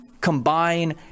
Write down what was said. combine